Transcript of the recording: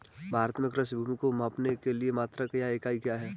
भारत में कृषि भूमि को मापने के लिए मात्रक या इकाई क्या है?